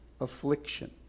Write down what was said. affliction